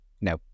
no